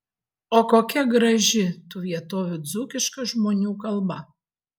o kokia graži tų vietovių dzūkiška žmonių kalba